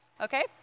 okay